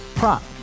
Prop